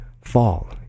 fall